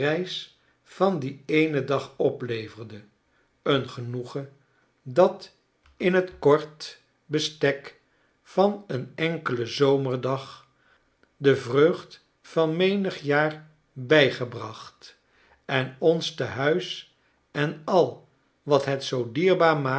van dien eenen dag opleverde een genoegen dat in t kort de slavernij bestek van een enkelen zomerdag de vreugd van menig jaar bijgebracht en ons te-huis en al wat het zoo dierbaar maakt